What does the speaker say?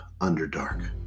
Underdark